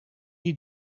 die